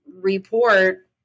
report